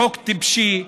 חוק טיפשי,